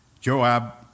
Joab